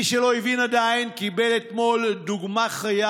מי שלא הבין עדיין קיבל אתמול דוגמה חיה